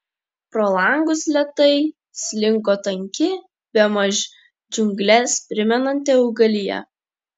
pro langus lėtai slinko tanki bemaž džiungles primenanti augalija